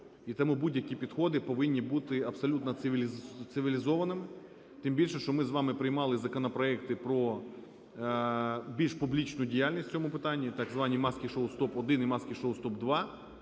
і тому будь-які підходи повинні бути абсолютно цивілізованими, тим більше, що ми з вами приймали законопроекти про більш публічну діяльність в цьому питанні, так звані "маски-шоу стоп 1" і "маски-шоу стоп 2",